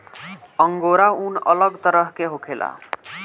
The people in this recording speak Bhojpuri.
अंगोरा ऊन अलग तरह के होखेला